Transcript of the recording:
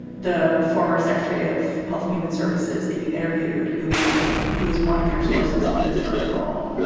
the former secretary of health and human services that you interviewed. who who is one of your sources for this article?